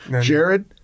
jared